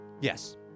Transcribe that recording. Yes